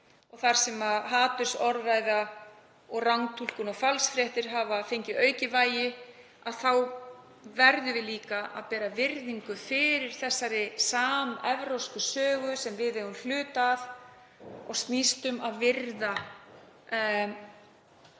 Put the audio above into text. þar sem hatursorðræða, rangtúlkun og falsfréttir hafa fengið aukið vægi, verðum við líka að bera virðingu fyrir þessari samevrópsku sögu sem við eigum hlut að. Það snýst um að virða